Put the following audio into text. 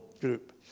group